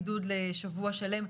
לשבוע שלם,